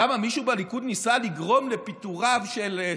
למה, מישהו בליכוד ניסה לגרום לפיטוריו של,